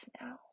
now